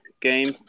game